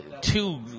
two